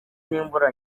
n’imvura